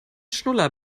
schnuller